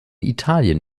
italien